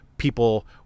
people